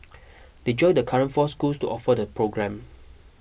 they join the current four schools to offer the programme